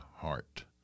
heart